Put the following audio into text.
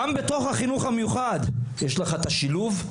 גם בתוך החינוך המיוחד יש לך את השילוב,